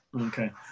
okay